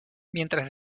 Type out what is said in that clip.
mientras